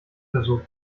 versuch